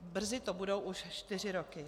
Brzy to budou už čtyři roky.